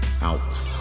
out